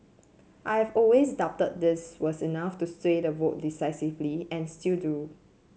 I have always doubted this was enough to sway the vote decisively and still do